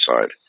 side